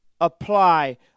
apply